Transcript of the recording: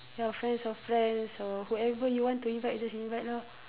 ya friends of friends so whoever you want to invite just invite lah